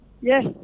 Yes